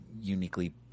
uniquely